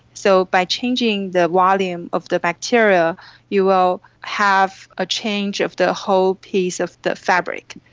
so by changing the volume of the bacteria you will have a change of the whole piece of the fabric.